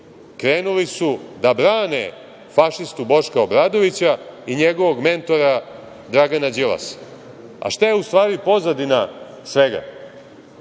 krenuli su da brane fašistu Boška Obradovića i njegovog mentora Dragana Đilasa. Šta je, u stvari, pozadina svega?